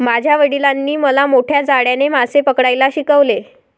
माझ्या वडिलांनी मला मोठ्या जाळ्याने मासे पकडायला शिकवले